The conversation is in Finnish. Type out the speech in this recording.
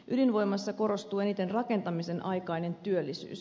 ydinvoimassa korostuu eniten rakentamisen aikainen työllisyys